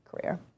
career